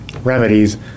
remedies